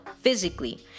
physically